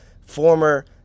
former